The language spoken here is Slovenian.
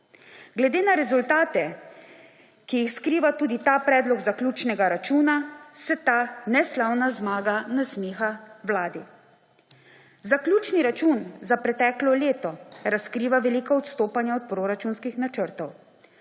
Glede na rezultate, ki jih skriva tudi ta predlog zaključnega računa, se ta neslavna zmaga nasmiha vladi. Zaključni račun za preteklo leto razkriva velika odstopanja od proračunskih načrtov.